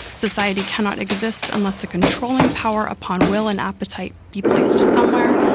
society cannot exist unless the controlling power upon will and appetite be placed somewhere.